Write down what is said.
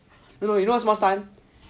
you know what's more stun